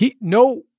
no